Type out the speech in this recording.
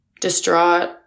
distraught